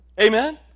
Amen